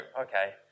okay